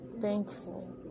thankful